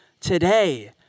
today